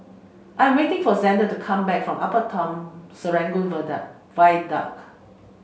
I am waiting for Zander to come back from Upper Town Serangoon Viaduct